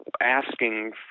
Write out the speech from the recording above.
asking